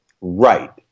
Right